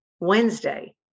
Wednesday